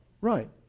right